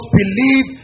believe